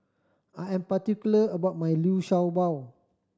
I am particular about my Liu Sha Bao